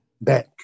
bank